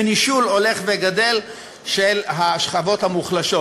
ונישול הולך וגדל של השכבות המוחלשות,